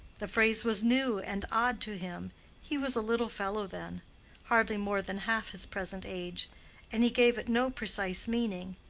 the phrase was new and odd to him he was a little fellow then hardly more than half his present age and he gave it no precise meaning.